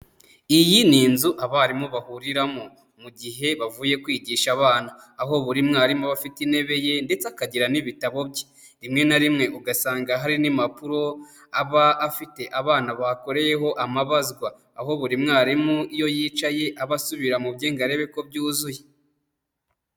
Iyi ni inzu abarimu bahuriramo mu gihe bavuye kwigisha abana, aho buri mwarimu aba afite intebe ye ndetse akagira n'ibitabo bye, rimwe na rimwe ugasanga hari n'impapuro aba afite abana bakoreyeho amabazwa, aho buri mwarimu iyo yicaye aba asubira mu bye ngo arebe ko byuzuye.